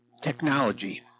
technology